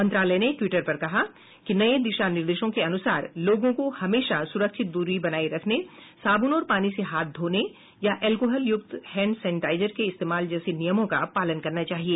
मंत्रालय ने ट्वीटर पर कहा कि नए दिशा निर्देशों के अनुसार लोगों को हमेशा सुरक्षित दूरी बनाए रखने साबुन और पानी से हाथ धोने या एल्कोहल युक्त हैंड सैनिटाइजर के इस्तेमाल जैसे नियमों का पालन करना चाहिए